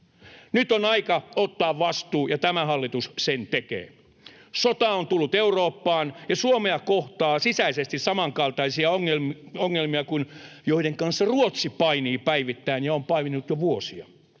Nyt on aika ottaa vastuu, ja tämä hallitus sen tekee. Sota on tullut Eurooppaan, ja Suomea kohtaa sisäisesti samankaltaisia ongelmia kuin ne, joiden kanssa Ruotsi painii päivittäin ja on paininut jo vuosia.